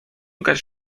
garść